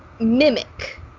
mimic